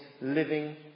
living